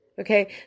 okay